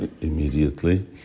immediately